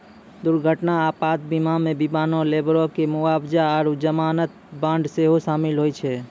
दुर्घटना आपात बीमा मे विमानो, लेबरो के मुआबजा आरु जमानत बांड सेहो शामिल होय छै